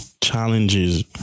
challenges